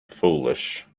foolish